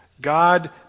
God